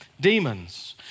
Demons